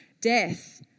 death